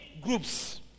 groups